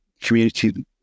community